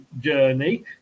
journey